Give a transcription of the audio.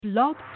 Blog